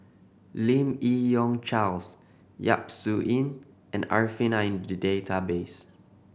Lim Yi Yong Charles Yap Su Yin and Arifin are in the database